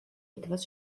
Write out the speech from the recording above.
etwas